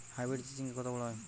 Hybrid চিচিংঙ্গা কত বড় হয়?